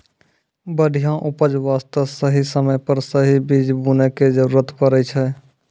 बढ़िया उपज वास्तॅ सही समय पर सही बीज बूनै के जरूरत पड़ै छै